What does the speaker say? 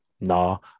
No